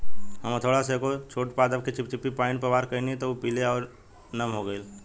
हम हथौड़ा से एगो छोट पादप के चिपचिपी पॉइंट पर वार कैनी त उ पीले आउर नम हो गईल